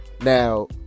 Now